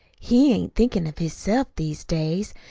he ain't thinkin' of hisself these days.